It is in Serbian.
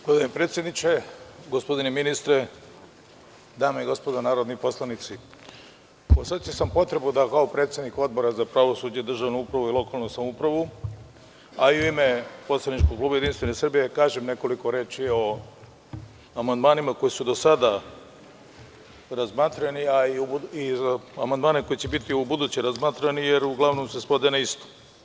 Gospodine predsedniče, gospodine ministre, dame i gospodo narodni poslanici, osetio sam potrebu da kao predsednik Odbora za pravosuđe, državnu upravu i lokalnu samoupravu, a i u ime poslaničkog kluba Jedinstvena Srbija kažem nekoliko reči o amandmanima koji su do sada razmatrani, a i o amandmanima koji će biti u buduće razmatrani, jer uglavnom se svode na isto.